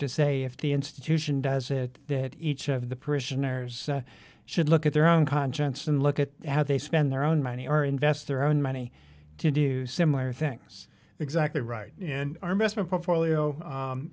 to say if the institution does it that each of the parishioners should look at their own conscience and look at how they spend their own money or invest their own money to do similar things exactly right